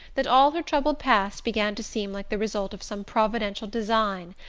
that all her troubled past began to seem like the result of some providential design,